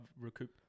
recoup